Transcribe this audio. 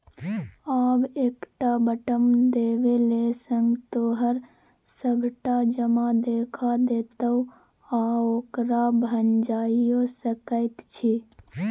आब एकटा बटम देबेले सँ तोहर सभटा जमा देखा देतौ आ ओकरा भंजाइयो सकैत छी